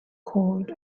cold